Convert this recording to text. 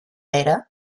ada